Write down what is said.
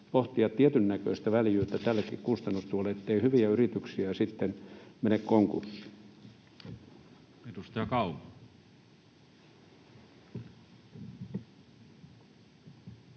pohtia tietyn näköistä väljyyttä tällekin kustannustuelle, ettei hyviä yrityksiä sitten mene konkurssiin. [Speech 168]